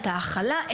את ההכלה,